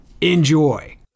Enjoy